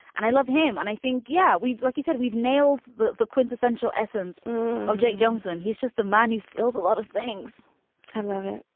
and i love him. and i think, yeah, we've like he said, we've nailed the the quintessential essence of jack johnson. he's just a man who fills a lot of things i love it.